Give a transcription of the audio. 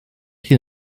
hyn